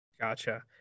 Gotcha